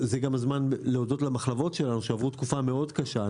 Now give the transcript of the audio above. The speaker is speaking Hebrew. זה גם הזמן להודות למחלבות שלנו שעברו תקופה מאוד קשה.